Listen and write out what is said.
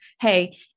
hey